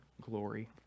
glory